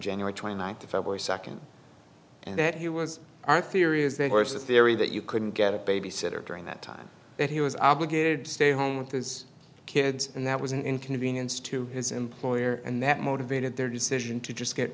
january twenty ninth to february second and that he was our theory is that was the theory that you couldn't get a babysitter during that time that he was obligated to stay home with his kids and that was an inconvenience to his employer and that motivated their decision to just get